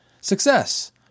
Success